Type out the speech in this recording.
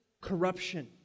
corruption